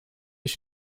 ich